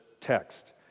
text